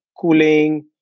Cooling